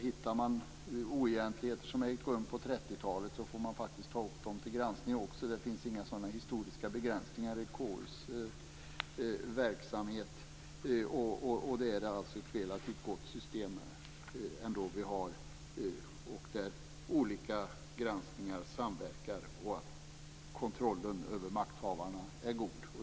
Hittar man oegentligheter som ägt rum på 30-talet får man faktiskt också ta upp dem till granskning. Det finns inga historiska begränsningar i KU:s verksamhet. Det är ändå ett relativt gott system vi har där olika granskningar samverkar och kontrollen över makthavarna är god.